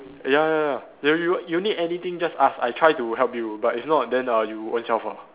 ya ya ya you you you need anything just ask I try to help you but if not then uh you own self ah